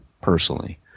personally